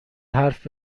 حرف